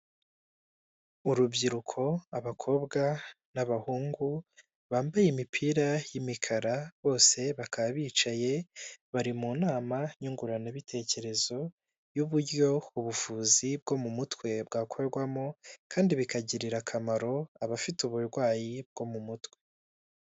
Urubyiruko abakobwa n'abahungu bambaye imipira y'imikara bose bakaba bicaye bari mu nama nyungurana bitekerezo y'uburyo ubuvuzi bwo mu mutwe bwakorwamo kandi bikagirira akamaro abafite uburwayi bwo mu mutwe.